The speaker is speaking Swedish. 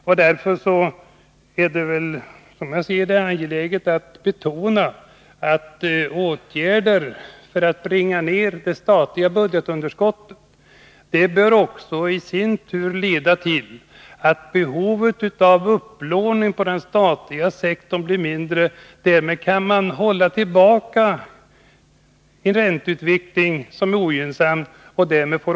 Det är därför, som jag ser det, angeläget att betona att åtgärder för att bringa ned det statliga budgetunderskottet i sin tur bör leda till att behovet av upplåning på den statliga sektorn blir mindre. Därmed kan man hålla tillbaka en ränteutveckling som är ogynnsam.